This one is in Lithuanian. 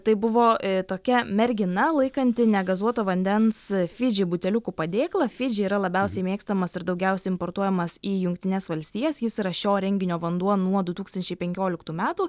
tai buvo tokia mergina laikanti negazuoto vandens fidži buteliukų padėklą fidži yra labiausiai mėgstamas ir daugiausia importuojamas į jungtines valstijas jis yra šio renginio vanduo nuo du tūkstančiai penkioliktų metų